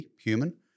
Human